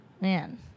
Man